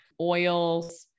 oils